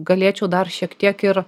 galėčiau dar šiek tiek ir